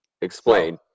Explain